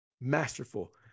masterful